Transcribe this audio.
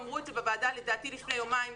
אמרו את זה בוועדה לדעתי לפני יומיים.